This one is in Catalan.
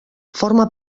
forma